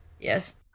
Yes